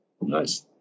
Nice